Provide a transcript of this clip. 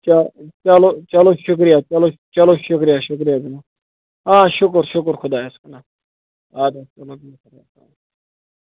چا چلو چلو شُکریا چلو چلو شُکریا شُکریا جناب آ شُکر شُکر خۄدایَس کُن اَد حظ چلو بِہو خۄدایَس حوالہٕ